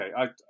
Okay